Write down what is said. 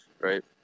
right